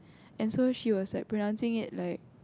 and so she was like pronouncing it like